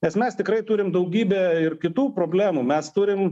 nes mes tikrai turim daugybę ir kitų problemų mes turim